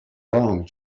wrong